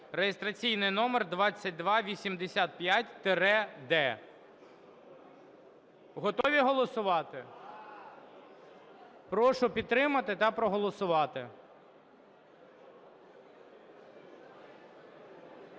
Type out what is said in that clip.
(реєстраційний номер 2285-д). Готові голосувати? Прошу підтримати та проголосувати.